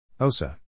Osa